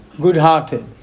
good-hearted